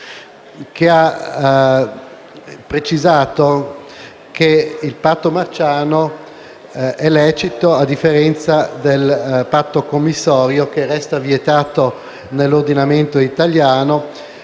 che ha precisato che tale patto è lecito a differenza del patto commissorio che resta vietato nell'ordinamento italiano.